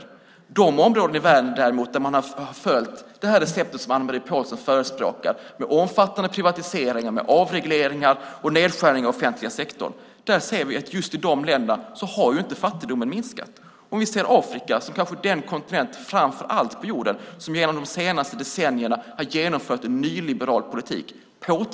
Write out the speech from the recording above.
I de områden i världen där man däremot har följt receptet som Anne-Marie Pålsson förespråkar, med omfattande privatiseringar, avregleringar och nedskärningar av den offentliga sektorn, har fattigdomen inte minskat. Framför allt Afrika är den kontinent på jorden som de senaste decennierna har påtvingats en nyliberal politik.